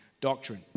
doctrine